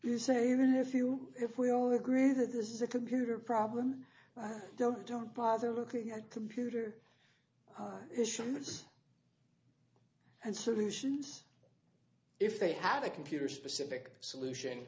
you say or if you if we all agree that this is a computer problem don't don't bother looking at computer issues and solutions if they have a computer specific solution